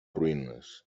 ruïnes